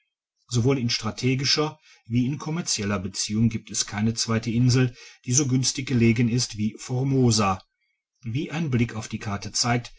sowohl in strategischer wie in komerzieller beziehung giebt es keine zweite insel die so günstig gelegen ist wie formosa wie ein blick auf die karte zeigt